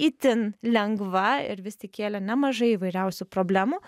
itin lengva ir vis tik kėlė nemažai įvairiausių problemų